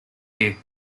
here